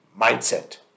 mindset